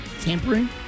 tampering